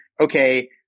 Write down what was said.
okay